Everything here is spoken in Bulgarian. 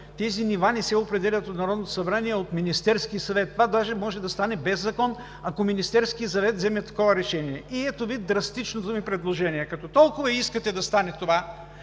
тези нива не се определят от Народното събрание, а от Министерския съвет. Това даже може да стане без закон, ако Министерският съвет вземе такова решение. Ето Ви драстичното ми предложение – като толкова искате да стане това,